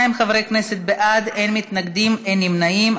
22 חברי כנסת בעד, אין מתנגדים, אין נמנעים.